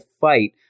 fight